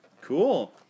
Cool